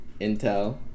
Intel